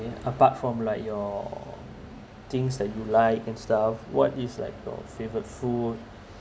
apart from like your things that you like and stuff what is like your favourite food